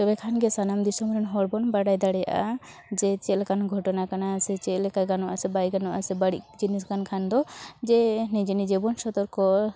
ᱛᱚᱵᱮ ᱠᱷᱟᱱ ᱜᱮ ᱥᱟᱱᱟᱢ ᱫᱤᱥᱚᱢ ᱨᱮᱱ ᱦᱚᱲᱵᱚᱱ ᱵᱟᱰᱟᱭ ᱫᱟᱲᱮᱭᱟᱜᱼᱟ ᱡᱮ ᱪᱮᱫ ᱞᱮᱠᱟᱱ ᱜᱷᱚᱴᱚᱱᱟ ᱠᱟᱱᱟ ᱥᱮ ᱪᱮᱫ ᱞᱮᱠᱟ ᱜᱟᱱᱚᱼᱟ ᱥᱮ ᱵᱟᱭ ᱜᱟᱱᱚᱼᱟ ᱥᱮ ᱵᱟᱹᱲᱤᱡ ᱡᱤᱱᱤᱥ ᱠᱟᱱ ᱠᱷᱟᱱᱫᱚ ᱡᱮ ᱱᱤᱡᱮ ᱱᱤᱡᱮᱵᱚᱱ ᱥᱚᱛᱚᱨᱠᱚ